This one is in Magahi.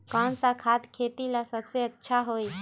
कौन सा खाद खेती ला सबसे अच्छा होई?